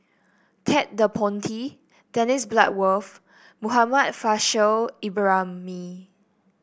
Ted De Ponti Dennis Bloodworth Muhammad Faishal Ibrahim